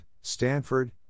Stanford